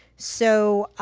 so,